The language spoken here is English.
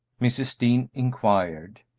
mrs. dean inquired,